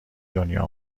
دنیا